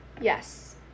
Yes